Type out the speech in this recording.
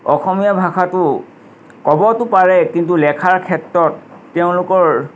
অসমীয়া ভাষাটো ক'বতো পাৰে কিন্তু লেখাৰ ক্ষেত্ৰত তেওঁলোকৰ